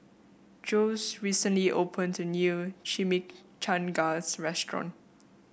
Jose recently opened a new Chimichangas Restaurant